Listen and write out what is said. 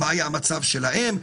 מה היה המצב שלהם.